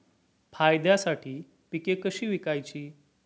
फायद्यासाठी पिके कशी विकायची?